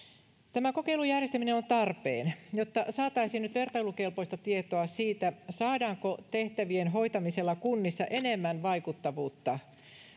tämän kokeilun järjestäminen on nyt tarpeen jotta saataisiin vertailukelpoista tietoa siitä saadaanko tehtävien hoitamisella kunnissa enemmän vaikuttavuutta